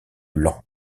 laon